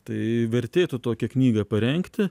tai vertėtų tokią knygą parengti